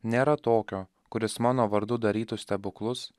nėra tokio kuris mano vardu darytų stebuklus